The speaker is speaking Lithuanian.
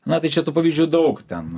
na tai čia tų pavyzdžių daug ten